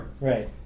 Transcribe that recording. Right